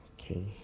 Okay